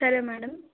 సరే మేడం